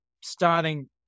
starting